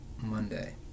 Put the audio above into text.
Monday